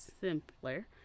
simpler